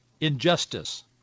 injustice